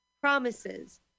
Promises